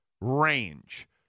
range